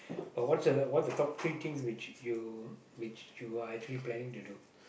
but what's the what's the top three things which you which you are actually planning to do